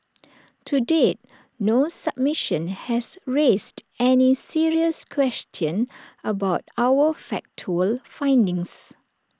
to date no submission has raised any serious question about our factual findings